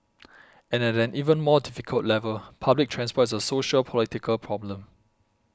and at an even more difficult level public transport is a sociopolitical problem